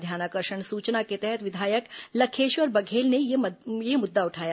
ध्यानाकर्षण सूचना के तहत विधायक लखेश्वर बघेल ने यह मुद्दा उठाया